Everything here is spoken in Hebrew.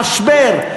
המשבר,